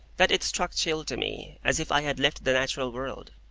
that it struck chill to me, as if i had left the natural world.